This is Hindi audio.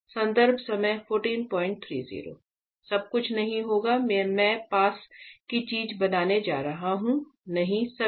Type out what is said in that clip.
सब कुछ नहीं होगा मैं पास की चीज बनने जा रहा हूँ नहीं सभी